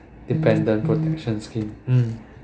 dependent protection scheme um